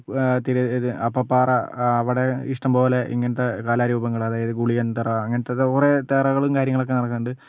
തിരു ഇത് അപ്പം പാറ അവിടേ ഇഷ്ടംപോലെ ഇങ്ങനത്തേ കലാരൂപങ്ങള് അതായത് ഉളിയന്തറ അങ്ങനത്തേ കുറേ തെറകളും കാര്യങ്ങളുമൊക്കേ നടക്കുന്നുണ്ട്